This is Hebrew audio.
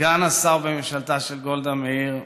סגן השר בממשלתה של גולדה מאיר,